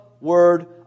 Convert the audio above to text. word